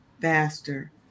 faster